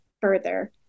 further